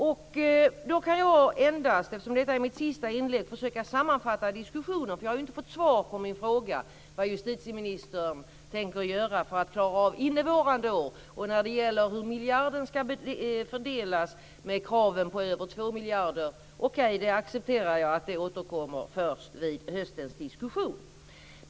Eftersom detta är mitt sista inlägg kan jag endast försöka sammanfatta diskussionen, för jag har inte fått svar på min fråga om vad justitieministern tänker göra för att klara av innevarande år. När det gäller hur miljarden ska fördelas, med kraven på över 2 miljarder, så accepterar jag att det återkommer först vid höstens diskussion - det är okej.